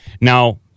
Now